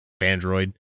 Android